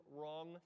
wrong